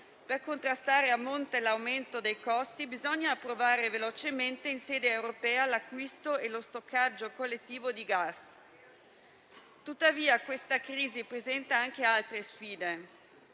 per contrastare a monte l'aumento dei costi, bisogna, però, approvare velocemente in sede europea l'acquisto e lo stoccaggio collettivo di gas. Tuttavia, questa crisi presenta anche altre sfide: